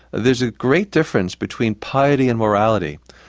there's a great difference between piety and morality.